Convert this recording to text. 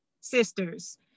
sisters